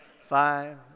five